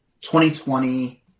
2020